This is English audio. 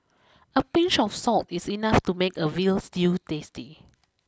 a pinch of salt is enough to make a veal stew tasty